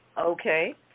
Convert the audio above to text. Okay